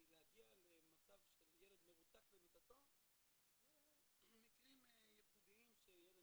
כי להגיע למצב של ילד מרותק למיטתו זה מקרים ייחודיים שילד